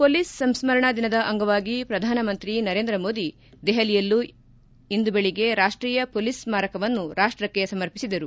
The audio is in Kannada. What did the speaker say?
ಪೊಲೀಸ್ ಸಂಸ್ಕರಣಾ ದಿನದ ಅಂಗವಾಗಿ ಪ್ರಧಾನಮಂತ್ರಿ ನರೇಂದ್ರ ಮೋದಿ ದೆಹಲಿಯಲ್ಲಿ ಇಂದು ಬೆಳಗ್ಗೆ ರಾಷ್ಟೀಯ ಪೊಲೀಸ್ ಸ್ಕಾರಕವನ್ನು ರಾಷ್ಟಕ್ಕೆ ಸಮರ್ಪಿಸಿದರು